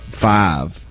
five